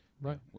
Right